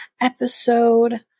episode